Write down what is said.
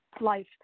life